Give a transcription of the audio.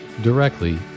directly